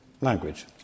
language